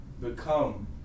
Become